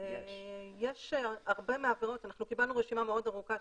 אנחנו קיבלנו רשימה מאוד ארוכה,